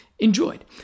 Enjoyed